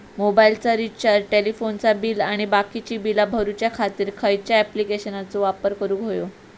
मोबाईलाचा रिचार्ज टेलिफोनाचा बिल आणि बाकीची बिला भरूच्या खातीर खयच्या ॲप्लिकेशनाचो वापर करूक होयो?